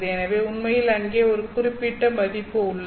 எனவே உண்மையில் அங்கே ஒரு குறிப்பிட்ட மதிப்பு உள்ளது